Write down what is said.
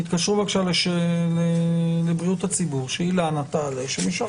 תתקשרו בבקשה לבריאות הציבור כדי שאילנה תעלה או מישהו אחר.